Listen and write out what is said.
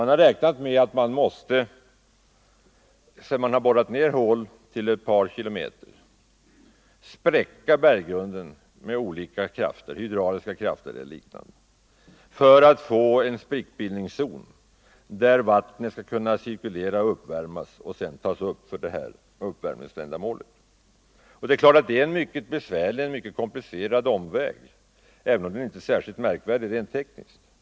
Man har tro — jordvärmen som ligen räknat med att man sedan man borrat hål till ett par kilometers — energikälla djup måste spräcka berggrunden med olika krafter — hydrauliska eller é liknande — för att få en sprickbildningszon där vattnet skall kunna cirkulera och uppvärmas för att sedan användas för uppvärmningsändamål. Det är klart att detta är en mycket komplicerad omväg, även om metoden inte är särskilt märkvärdig rent tekniskt.